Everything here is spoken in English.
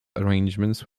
arrangements